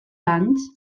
anys